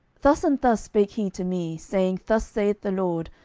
thus and thus spake he to me, saying, thus saith the lord,